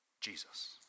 Jesus